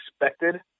expected